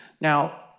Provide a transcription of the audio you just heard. Now